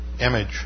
image